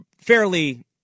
fairly